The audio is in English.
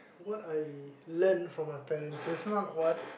what I learn from my parents say someone what